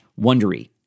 Wondery